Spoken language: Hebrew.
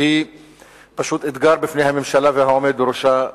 והיא אתגר בפני הממשלה והעומד בראשה,